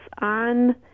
on